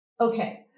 Okay